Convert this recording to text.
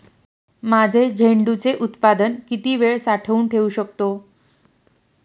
माझे झेंडूचे उत्पादन किती वेळ साठवून ठेवू शकतो?